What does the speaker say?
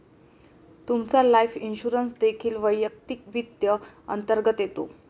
तुमचा life insurance देखील वैयक्तिक वित्त अंतर्गत येतो